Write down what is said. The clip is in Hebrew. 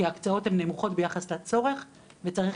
כי ההקצאות הן נמוכות ביחס לצורך וצריך